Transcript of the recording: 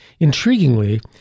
Intriguingly